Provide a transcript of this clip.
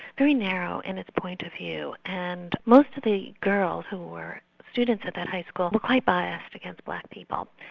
very narrow in its point of view, and most of the girls who were students at that high school, were quite biased against black people.